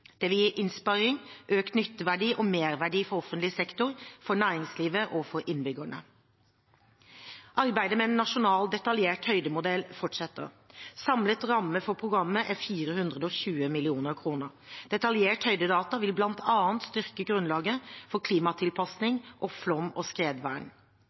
Det vil gi innsparing, økt nytteverdi og merverdi for offentlig sektor, for næringslivet og for innbyggerne. Arbeidet med en nasjonal detaljert høydemodell fortsetter. Samlet ramme for programmet er 420 mill. kr. Detaljert høydedata vil bl.a. styrke grunnlaget for klimatilpasning og flom- og skredvern.